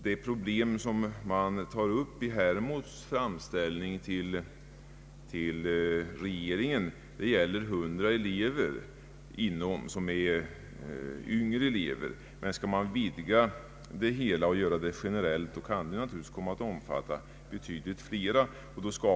Det problem Hermods tar upp i sin framställning till regeringen gäller 100 yngre elever. Skall man vidga detta och göra det generellt kan det naturligtvis komma att omfatta betydligt flera.